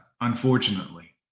unfortunately